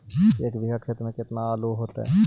एक बिघा खेत में केतना आलू होतई?